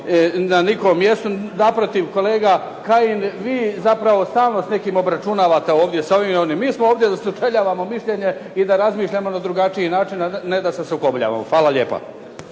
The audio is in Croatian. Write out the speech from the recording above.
na nikom mjestu. Naprotiv, kolega Kajin vi zapravo stalno s nekim obračunavate ovdje sa ovim i onim. Mi smo ovdje da se sučeljavamo mišljenje i da razmišljamo na drugačiji način, a ne da se sukobljavamo. Hvala lijepo.